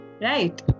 right